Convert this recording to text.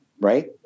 Right